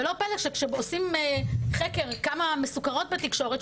ולא פלא שכשעושים חקר כמה מסוקרות בתקשורת,